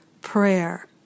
prayer